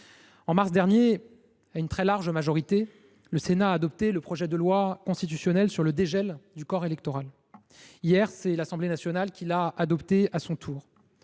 de mars dernier, à une très large majorité, le Sénat a adopté le projet de loi constitutionnelle sur le dégel du corps électoral. Hier, l’Assemblée nationale l’a adopté à son tour.